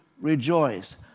rejoice